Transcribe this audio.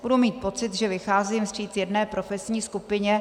Budu mít pocit, že vycházím vstříc jedné profesní skupině.